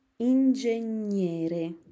ingegnere